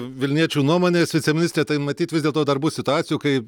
vilniečių nuomonės viceministre tai matyt vis dėlto dar bus situacijų kai